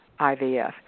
IVF